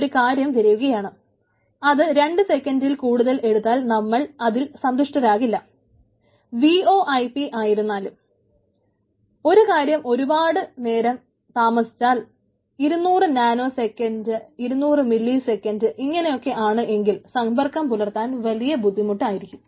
ഒരു കാര്യം ഒരുപാടു നേരം താമസിച്ചാൽ 200 നാനോ സെക്കന്റ് 200 മില്ലി സെക്കന്റ്റ് ഇങ്ങനെയൊക്കെ ആണ് എങ്കിൽ സമ്പർക്കം പുലർത്താൻ വലിയ ബുദ്ധിമുട്ട് ആയിരിക്കും